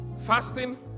Fasting